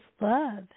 love